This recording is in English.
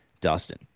Dustin